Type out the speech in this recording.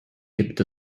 gibt